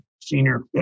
senior